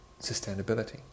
sustainability